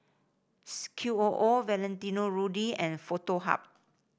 Qoo Valentino Rudy and Foto Hub